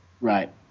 Right